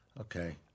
okay